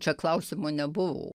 čia klausimo nebuvo